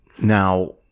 Now